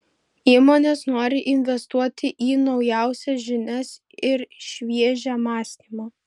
įmonės nori investuoti į naujausias žinias ir šviežią mąstymą